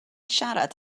siarad